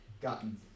gotten